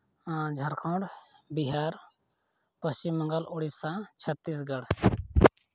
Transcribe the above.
Jharkhand Bihar Paschimbanga Orissa Chhattisgarh